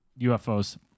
UFOs